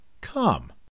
Come